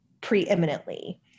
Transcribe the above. preeminently